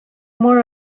more